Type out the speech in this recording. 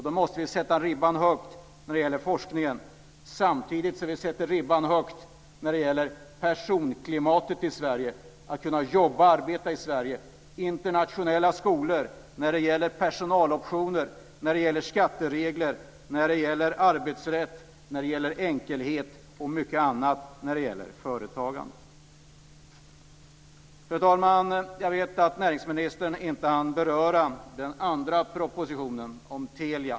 Då måste vi sätta ribban högt när det gäller forskningen samtidigt som vi sätter ribban högt när det gäller personklimatet i Sverige. Man måste kunna jobba och arbeta i Sverige. Vi behöver internationella skolor. Det gäller även personaloptioner, skatteregler, arbetsrätt, enkelhet och mycket annat. Fru talman! Jag vet att näringsministern inte hann beröra den andra propositionen om Telia.